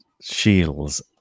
shields